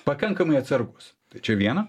pakankamai atsargus tai čia viena